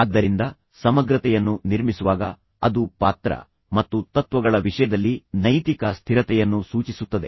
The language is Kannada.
ಆದ್ದರಿಂದ ಸಮಗ್ರತೆಯನ್ನು ನಿರ್ಮಿಸುವಾಗ ಅದು ಪಾತ್ರ ಮತ್ತು ತತ್ವಗಳ ವಿಷಯದಲ್ಲಿ ನೈತಿಕ ಸ್ಥಿರತೆಯನ್ನು ಸೂಚಿಸುತ್ತದೆ